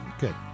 Good